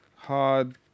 Hard